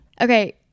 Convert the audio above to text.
Okay